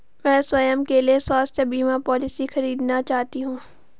मैं स्वयं के लिए स्वास्थ्य बीमा पॉलिसी खरीदना चाहती हूं